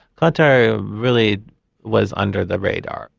qatar really was under the radar.